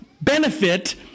benefit